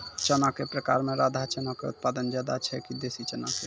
चना के प्रकार मे राधा चना के उत्पादन ज्यादा छै कि देसी चना के?